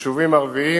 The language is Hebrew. ביישובים ערביים,